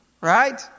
Right